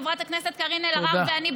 חברת הכנסת קארין אלהרר ואני,